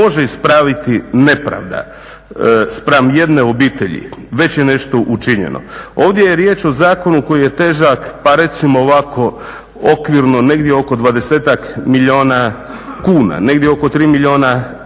može ispraviti nepravda spram jedne obitelji već je nešto učinjeno. Ovdje je riječ o zakonu koji je težak pa recimo ovako okvirno negdje oko 20-ak milijuna kuna, negdje oko 3 milijuna eura.